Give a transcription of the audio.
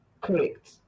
correct